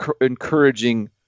encouraging